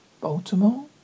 Baltimore